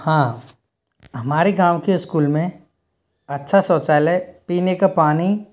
हाँ हमारे गाँव के स्कूल में अच्छा शौचालय पीने का पानी